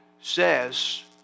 says